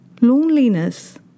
loneliness